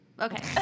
Okay